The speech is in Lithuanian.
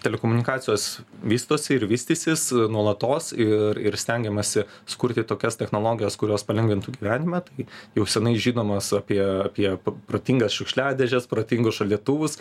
telekomunikacijos vystosi ir vystysis nuolatos ir ir stengiamasi sukurti tokias technologijas kurios palengvintų gyvenimą tai jau senai žinomos apie apie protingas šiukšliadėžes protingus šaldytuvus